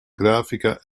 grafica